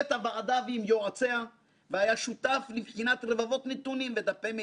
כי חייבים להתייחס להמלצות הללו כמקשה אחת.